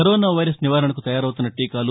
corona virus నివారణకు తయారవుతున్న టీకాలు